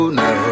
no